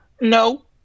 No